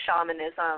shamanism